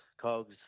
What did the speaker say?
cogs